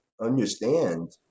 understand